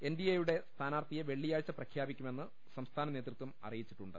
N D A യുടെ സ്ഥാനാർത്ഥിയെ വെള്ളിയാഴ്ച പ്രഖ്യാപിക്കുമെന്ന് സംസ്ഥാന നേതൃത്വം അറിയിച്ചിട്ടുണ്ട്